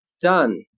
done